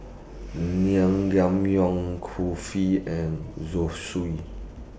Naengmyeon Kulfi and Zosui